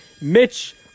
Mitch